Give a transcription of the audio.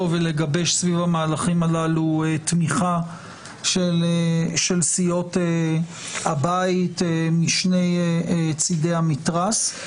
ולגבש סביב המהלכים הללו תמיכה של סיעות הבית משני צדי המתרס.